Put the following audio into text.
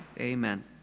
amen